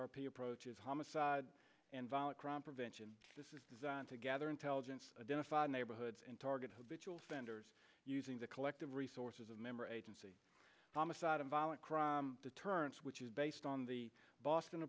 r p approaches homicide and violent crime prevention this is designed to gather intelligence identified neighborhoods and target habitual offenders using the collective resources of member agency homicide in violent crime deterrence which is based on the boston